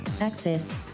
Access